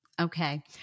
Okay